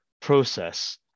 process